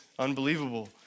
unbelievable